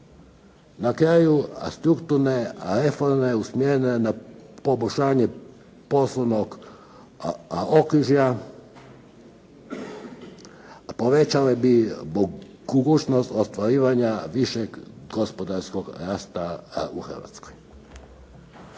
Na kraju strukturne reforme usmjerene na poboljšanje poslovnog okružja, povećale bi mogućnost ostvarivanja višeg gospodarskog rasta u Hrvatskoj.